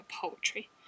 poetry